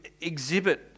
exhibit